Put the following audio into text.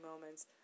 moments